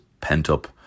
pent-up